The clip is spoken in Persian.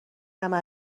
همه